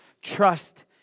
trust